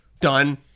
done